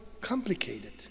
complicated